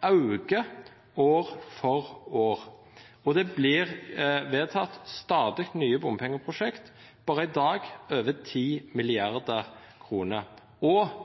aukar år for år, og det vert vedteke stadig nye bompengeprosjekt, over 10 mrd. kr berre i dag.